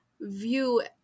view